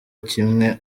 kimwe